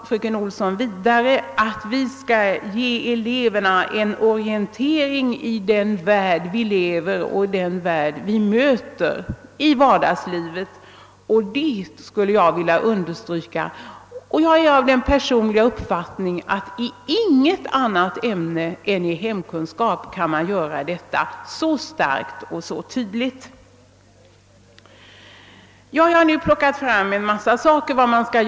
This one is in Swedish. Fröken Olsson sade vidare att vi skall ge eleverna en orientering om den värld som vi möter i vardagslivet. Det uttalandet skulle jag vilja understryka, och jag är personligen av den uppfattningen att man inte kan göra detta verkligt effektivt i något annat ämne än hemkunskap.